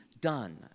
done